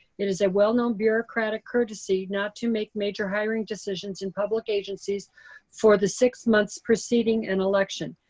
it is a well known bureaucratic courtesy not to make major hiring decisions in public agencies for the six months preceding an election.